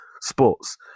sports